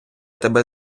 тебе